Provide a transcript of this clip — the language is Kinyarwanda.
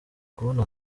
kubona